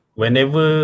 whenever